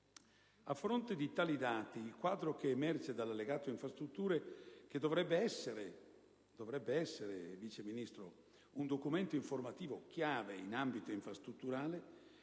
A fronte di tali dati, il quadro che emerge dall'Allegato infrastrutture, che dovrebbe essere, signor Vice Ministro, un documento informativo chiave in ambito infrastrutturale,